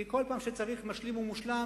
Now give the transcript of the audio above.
כי כל פעם שצריך משלים ומושלם,